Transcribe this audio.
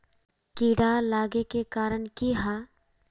कीड़ा लागे के कारण की हाँ?